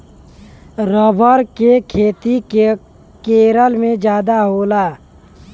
rubber के खेती केरल में जादा होला